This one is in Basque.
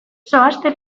zoazte